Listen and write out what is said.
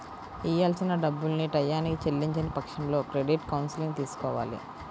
ఇయ్యాల్సిన డబ్బుల్ని టైయ్యానికి చెల్లించని పక్షంలో క్రెడిట్ కౌన్సిలింగ్ తీసుకోవాలి